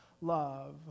love